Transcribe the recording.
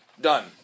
Done